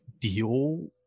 deal